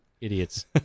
idiots